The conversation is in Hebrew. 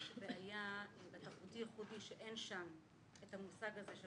יש בעיה שבתרבותי ייחודי אין שם את המושג הזה של